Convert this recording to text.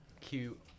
cute